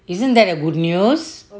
isn't that a good news